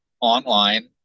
online